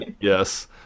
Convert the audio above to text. Yes